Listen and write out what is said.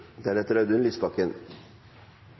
beskyttelse. Audun Lysbakken